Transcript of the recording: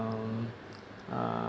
um uh~